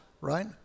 right